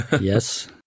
yes